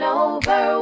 over